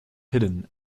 hidden